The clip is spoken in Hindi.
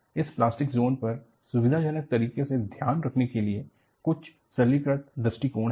इस प्लास्टिक जोन पर सुविधाजनक तरीके से ध्यान रखने के लिए कुछ सरलीकृत दृष्टिकोण है